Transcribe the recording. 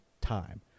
time